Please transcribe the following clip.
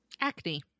Acne